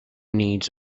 needs